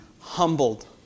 humbled